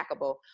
stackable